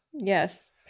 Yes